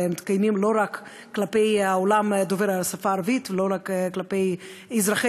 ומתקיימים לא רק כלפי העולם דובר השפה הערבית ולא רק כלפי אזרחי